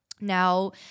Now